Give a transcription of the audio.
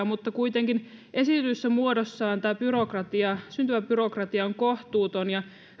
mutta kuitenkin esitetyssä muodossaan tämä syntyvä byrokratia on kohtuuton